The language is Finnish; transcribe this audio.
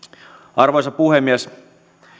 arvoisa puhemies